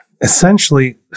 Essentially